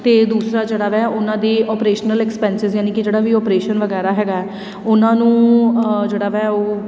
ਅਤੇ ਦੂਸਰਾ ਜਿਹੜਾ ਹੈ ਉਹਨਾਂ ਦੇ ਆਪਰੇਸ਼ਨਲ ਐਕਸਪੈਂਸਸ ਯਾਨੀ ਕਿ ਜਿਹੜਾ ਵੀ ਆਪਰੇਸ਼ਨ ਵਗੈਰਾ ਹੈਗਾ ਉਹਨਾਂ ਨੂੰ ਜਿਹੜਾ ਹੈ ਉਹ